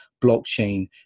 blockchain